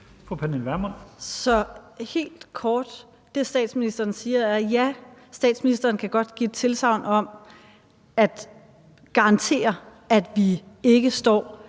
helt kort er det, statsministeren siger, at ja, statsministeren kan godt give et tilsagn om at garantere, at vi ikke står